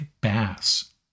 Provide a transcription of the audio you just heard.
Bass